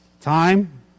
Time